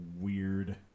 weird